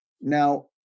Now